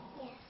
Yes